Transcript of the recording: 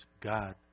God